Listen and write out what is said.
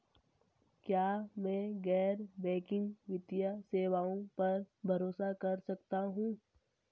क्या मैं गैर बैंकिंग वित्तीय सेवाओं पर भरोसा कर सकता हूं?